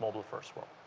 mobile-first world.